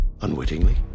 Unwittingly